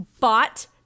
bought